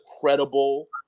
credible